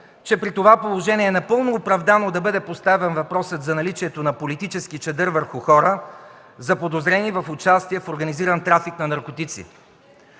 че при това положение напълно оправдано е да бъде поставен въпросът за наличието на политически чадър върху хора, заподозрени в участие в организиран трафик на наркотици.